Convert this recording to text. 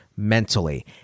mentally